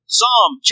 Psalm